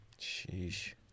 Sheesh